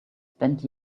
spent